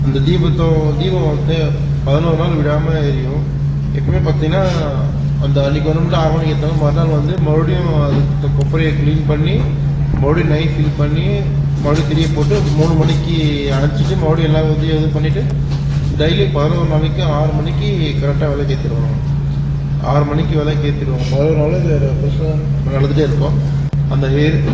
அந்த தீபத்தை தீபம் வந்து பதினோரு நாள் விடாமல் எரியும் எப்போயுமே பார்த்திங்கனா அந்த அன்றைக்கு ஒரு நாள் மட்டும் ஆறு மணிக்கு ஏற்றுவாங்க மறுநாள் வந்து மறுபடியும் கொப்பரையை கிளீன் பண்ணி மறுபடியும் நெய் ஃபில் பண்ணி மறுபடியும் திரியைப்போட்டு மூணு மணிக்கு அணைச்சிட்டு மறுபடியும் எல்லா இதையும் இது பண்ணிட்டு டெய்லியும் பதினோரு நாளைக்கு ஆறு மணிக்கு கரெட்டாக விளக்கு ஏற்றிருவாங்க ஆறு மணிக்கி விளக்கு ஏற்றிருவாங்க பதினொரு நாள் பிரசாதம் நடந்துகிட்டேயிருக்கும் அந்த